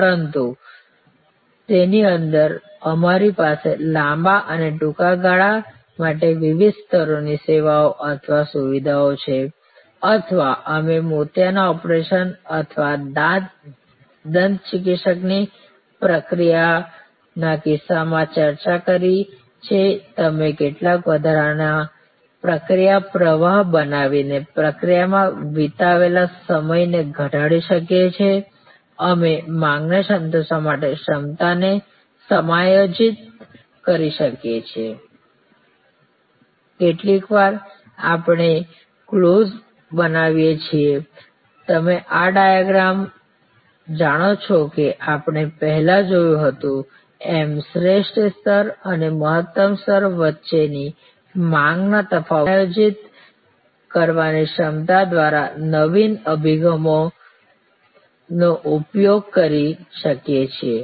પરંતુ તેની અંદર અમારી પાસે લાંબા અને ટૂંકા ગાળા માટે વિવિધ સ્તરોની સેવાઓ અથવા સુવિધાઓ છે અથવા અમે મોતિયાના ઓપરેશન અથવા દંત ચિકિત્સકની પ્રક્રિયાના કિસ્સામાં ચર્ચા કરી છે તેમ કેટલાક વધારાના પ્રક્રિયા પ્રવાહ બનાવીને પ્રક્રિયામાં વિતાવેલા સમયને ઘટાડી શકીએ છીએ અમે માંગને સંતોષવા માટે ક્ષમતાને સમાયોજિત કરી શકીએ છીએ કેટલીકવાર આપણે ક્લોઝ બનાવી શકીએ છીએ Refer Time 2349 તમે આ ડાઈગ્રમ જાણો છો કે જે આપણે પહેલા જોયું હતું અમે શ્રેષ્ઠ સ્તર અને મહત્તમ સ્તર વચ્ચેની માંગના તફાવતને સમાયોજિત કરવાની ક્ષમતા દ્વારા નવીન અભિગમોનો ઉપયોગ કરી શકીએ છીએ